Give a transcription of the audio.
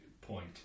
point